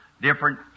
different